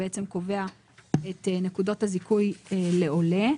קובע את נקודות הזיכוי לעולה.